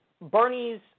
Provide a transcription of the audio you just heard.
Bernie's